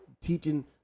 teaching